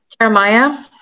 Jeremiah